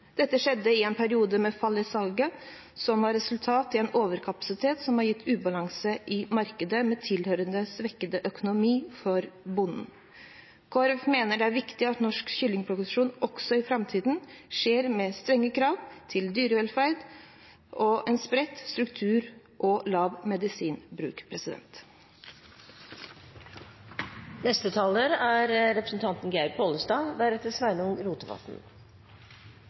Dette skjedde i en periode med fall i salget, som har resultert i en overkapasitet som har gitt ubalanse i markedet med tilhørende svekket økonomi for bonden. Kristelig Folkeparti mener det er viktig at norsk kyllingproduksjon også i framtiden skjer med strenge krav til dyrevelferd, en spredt struktur og lav medisinbruk. God dyrevelferd er